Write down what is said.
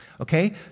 okay